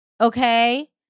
okay